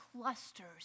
clusters